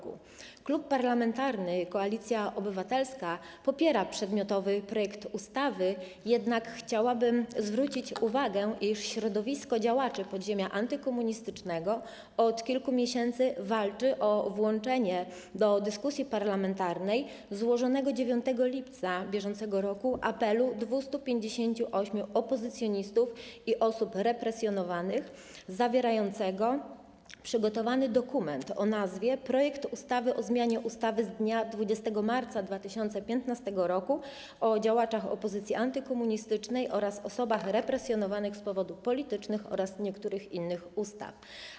Klub Parlamentarny Koalicja Obywatelska popiera przedmiotowy projekt ustawy, jednak chciałabym zwrócić uwagę, iż środowisko działaczy podziemia antykomunistycznego od kilku miesięcy walczy o włączenie do dyskusji parlamentarnej złożonego 9 lipca br. apelu 258 opozycjonistów i osób represjonowanych, zawierającego przygotowany dokument o nazwie: projekt ustawy o zmianie ustawy z dnia 20 marca 2015 r. o działaczach opozycji antykomunistycznej oraz osobach represjonowanych z powodów politycznych oraz niektórych innych ustaw.